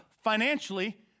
financially